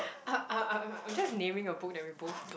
I I'm I'm just naming a book that we both